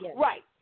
Right